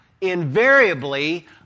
invariably